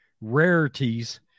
rarities